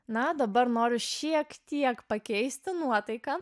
na dabar noriu šiek tiek pakeisti nuotaiką